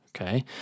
Okay